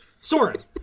Soren